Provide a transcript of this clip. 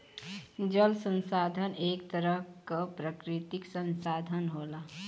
जल संसाधन एक तरह क प्राकृतिक संसाधन होला